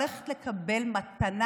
הולכת לקבל מתנה,